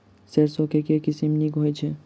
सैरसो केँ के किसिम नीक होइ छै?